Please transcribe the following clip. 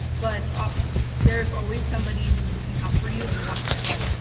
but ah there's always somebody who's looking out for you and wants to help,